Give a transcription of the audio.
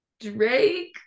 Drake